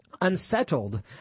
unsettled